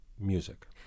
music